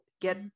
get